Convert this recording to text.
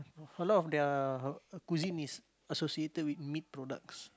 a lot of their cuisine is associated with meat products